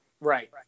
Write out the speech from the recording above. Right